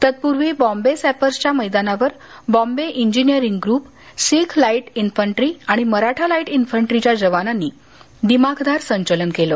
तत्पूर्वी बॉम्बे सॅपर्सच्या मैदानावर Bombay engineering group Sikh light infantry आणि मराठा लाइट ईनफैंट्रिच्या जवानांनी दिमाखदार संचलन केलं